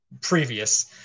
previous